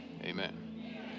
amen